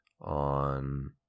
on